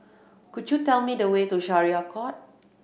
could you tell me the way to Syariah Court